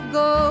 go